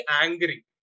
angry